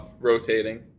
rotating